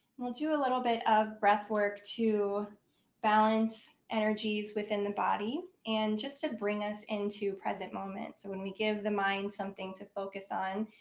we'll do a little bit of breath work to balance energies within the body and just to bring us into present moment. so when we give the mind something to focus on,